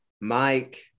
Mike